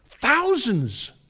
Thousands